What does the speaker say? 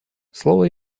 слово